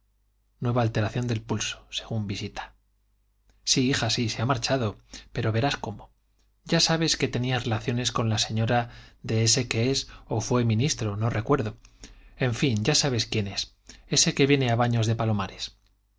nueva alteración del pulso según visita sí hija sí se ha marchado pero verás cómo ya sabes que tenía relaciones con la señora de ese que es o fue ministro no recuerdo en fin ya sabes quién es ese que viene a baños a palomares